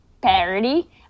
parody